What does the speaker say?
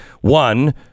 One